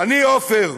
"אני עופר,